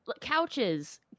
couches